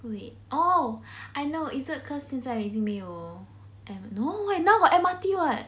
wait oh I know is it because 现在没有 no now got M_R_T [what]